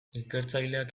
ikertzaileak